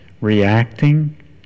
reacting